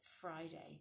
Friday